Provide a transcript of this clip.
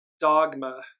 Dogma